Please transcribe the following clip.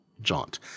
jaunt